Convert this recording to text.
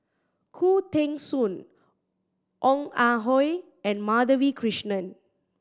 Khoo Teng Soon Ong Ah Hoi and Madhavi Krishnan